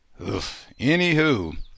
Anywho